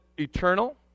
eternal